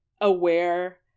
aware